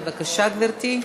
בבקשה, גברתי.